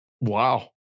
Wow